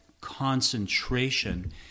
concentration